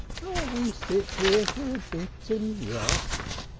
we sit here for a bit and rest?